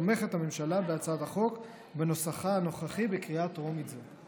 תומכת הממשלה בהצעת החוק בנוסחה הנוכחי בקריאה טרומית זו.